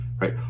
right